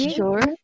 sure